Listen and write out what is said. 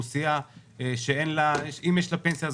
זו אוכלוסייה שאם יש לה פנסיה,